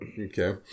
okay